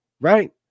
right